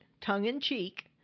tongue-in-cheek